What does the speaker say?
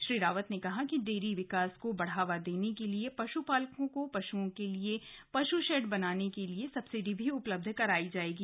श्री रावत ने कहा कि डेरी विकास को बढ़ावा देने के लिए पश् पालकों को पशुओं के लिए पश्शेड बनाने के लिए सब्सीडी भी उपलब्ध करायी जायेगी